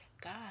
God